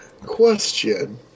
Question